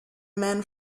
men